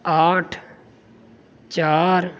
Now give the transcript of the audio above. آٹھ چار